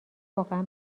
واقعا